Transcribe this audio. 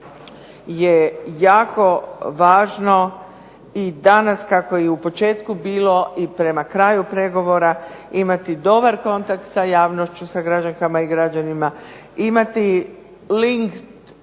je jako važno i danas kako je i u početku bilo i prema kraju pregovora imati dobar kontakt sa javnošću sa građankama i građanima, imati link u